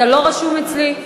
אתה לא רשום אצלי.